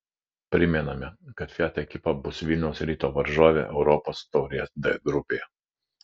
primename kad fiat ekipa bus vilniaus ryto varžovė europos taurės d grupėje